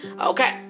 Okay